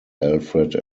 alfred